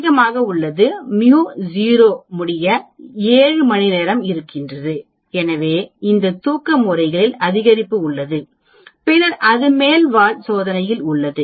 அதிகமாக உள்ளது μ 0 முடிய 7 மணிநேரமாக இருங்கள் எனவே இந்த தூக்க முறைகளில் அதிகரிப்பு உள்ளது பின்னர் அது மேல் வால் சோதனையில் உள்ளது